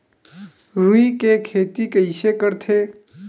रुई के खेती कइसे करथे?